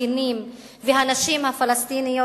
הזקנים והנשים הפלסטיניות?